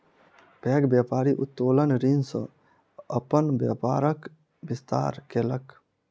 पैघ व्यापारी उत्तोलन ऋण सॅ अपन व्यापारक विस्तार केलक